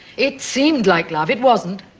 it seemed like love. it wasn't.